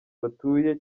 batuye